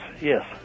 yes